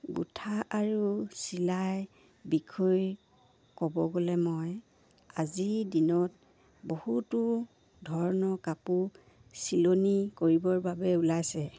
গুঠা আৰু চিলাই বিষয় ক'ব গ'লে মই আজিৰ দিনত বহুতো ধৰণৰ কাপোৰ চিলনি কৰিবৰ বাবে ওলাইছে